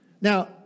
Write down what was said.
Now